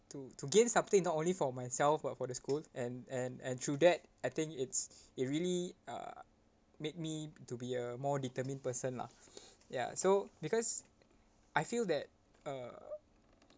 to to gain something not only for myself but for the school and and and through that I think it's it really uh made me to be a more determined person lah ya so because I feel that uh